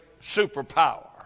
superpower